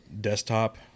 desktop